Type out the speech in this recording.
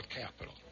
capital